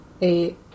eight